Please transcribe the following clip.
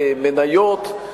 מניות,